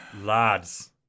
lads